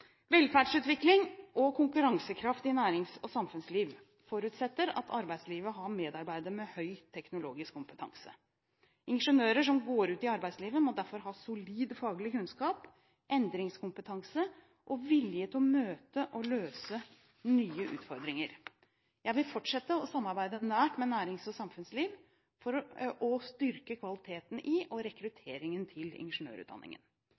Velferdsutvikling og konkurransekraft i nærings- og samfunnsliv forutsetter at arbeidslivet har medarbeidere med høy teknologisk kompetanse. Ingeniører som går ut i arbeidslivet, må derfor ha solid faglig kunnskap, endringskompetanse og vilje til å møte og løse nye utfordringer. Jeg vil fortsette å samarbeide nært med nærings- og samfunnsliv og styrke kvaliteten i og rekrutteringen til ingeniørutdanningen.